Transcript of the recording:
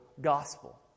gospel